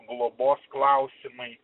globos klausimai